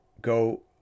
go